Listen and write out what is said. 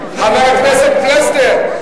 חבר הכנסת פלסנר,